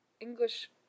English